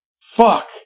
fuck